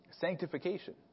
sanctification